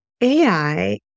AI